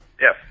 Yes